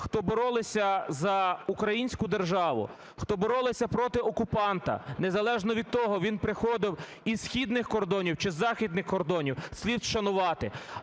хто боролися за українську державу, хто боролися проти окупанта, незалежно від того, він приходив із східних кордонів чи з західних кордонів, слід вшанувати.